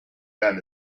them